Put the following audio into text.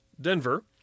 Denver